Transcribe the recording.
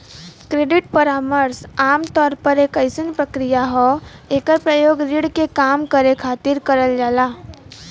credit परामर्श आमतौर पर एक अइसन प्रक्रिया हौ एकर प्रयोग ऋण के कम करे खातिर करल जाला